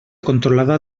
controlada